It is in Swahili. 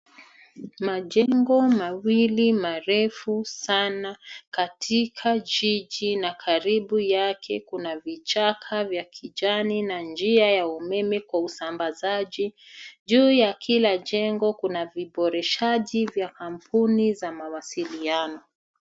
Majengo mawili marefu sana katika jiji na karibu yake kuna vichaka vya kijani na njia ya umeme kwa usambazaji. Juu ya kila jengo kuna viboreshaji vya kampuni za mawasiliano.